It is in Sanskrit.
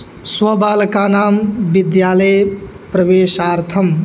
स्वबालकानां विद्यालये प्रवेशार्थम्